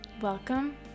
welcome